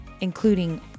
including